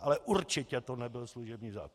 Ale určitě to nebyl služební zákon.